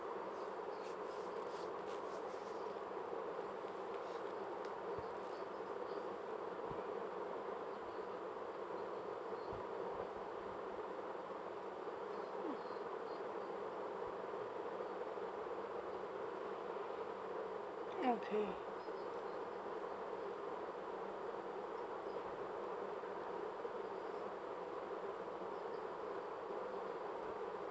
okay